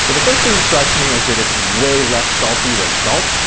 so the first thing that strikes me is that it's way less salty than salt.